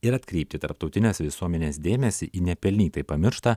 ir atkreipti tarptautinės visuomenės dėmesį į nepelnytai pamirštą